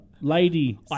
lady